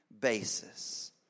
basis